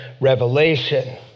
revelation